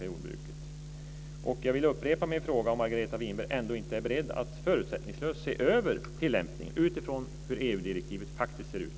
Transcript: Jag vill upprepa min fråga om Margareta Winberg ändå inte är beredd att förutsättningslöst se över tilllämpningen utifrån hur EU-direktivet faktiskt ser ut.